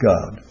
God